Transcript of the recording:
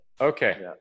Okay